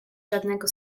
żadnego